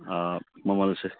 ꯑꯥ ꯃꯃꯜꯁꯦ